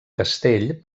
castell